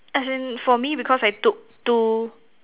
as in for me because I took two